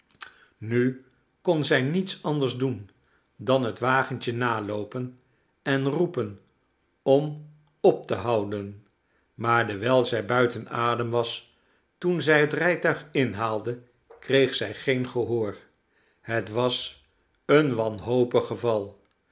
nu kon zij niets anders doen dan het wagentje naloopen en roepen om op te houden maar dewijl zij buiten adem was toen zij het rijtuig inhaalde kreeg zij geen gehoor het was een wanhopig geval